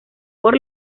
por